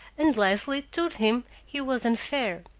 and leslie told him he was unfair.